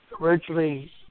originally